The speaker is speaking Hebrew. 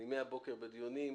אני מהבוקר בדיונים.